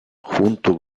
junto